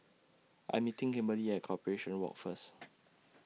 I'm meeting Kimberli At Corporation Walk First